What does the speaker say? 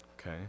okay